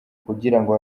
kugirango